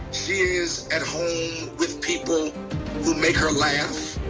she is at home with people who make her laugh.